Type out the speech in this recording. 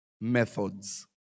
methods